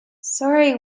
sorry